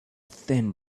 thin